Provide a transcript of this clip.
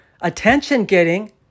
attention-getting